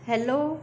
hello